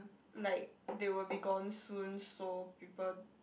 like they will be gone soon so people